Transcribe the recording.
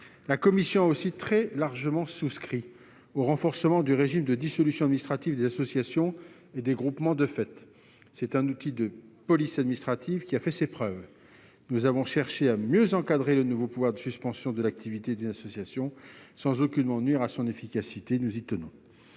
La commission a aussi très largement souscrit à l'idée de renforcer le régime de dissolution administrative des associations et des groupements de fait. Cet outil de police administrative a fait ses preuves. Nous avons cherché à mieux encadrer le nouveau pouvoir de suspension de l'activité d'une association sans aucunement nuire à son efficacité : nous y tenons.